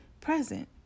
present